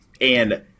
and-